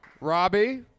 Robbie